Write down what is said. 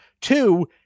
Two